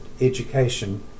education